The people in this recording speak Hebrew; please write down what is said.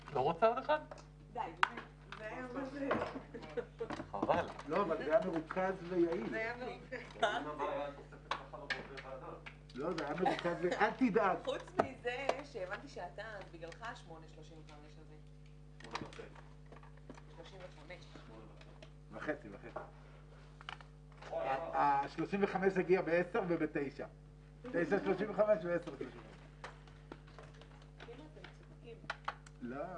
11:14.